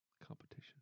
Competition